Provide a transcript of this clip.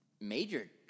major